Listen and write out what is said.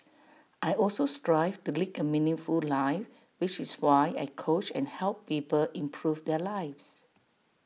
I also strive to lead A meaningful life which is why I coach and help people improve their lives